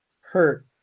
hurt